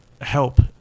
help